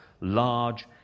large